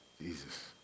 Jesus